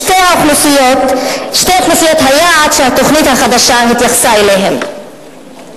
שתי אוכלוסיות היעד שהתוכנית החדשה התייחסה אליהן.